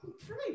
free